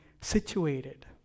situated